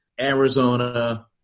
Arizona